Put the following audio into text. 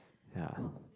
ya